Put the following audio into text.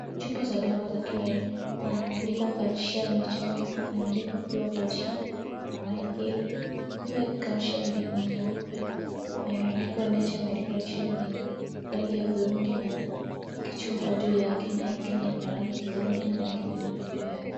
Chupa za dawa za kila aina. Kuna iliyoandikwa Calcium Nature made , kuna iliyoandikwa Pure Calcium na Mykid . Pure Calcium ni nyeupe na imeandikwa Nature made Calcium ni rangi ya udhurungi na kichungu juu yake na hii ingine iko na rangi ya kidhurungi na rangi nyeupe juu yake.